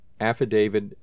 Affidavit